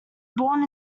born